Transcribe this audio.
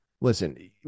listen